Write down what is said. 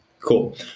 Cool